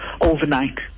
overnight